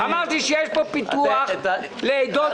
אמרתי שיש פה פיתוח לעדות לא יהודיות.